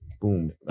Boom